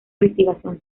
investigación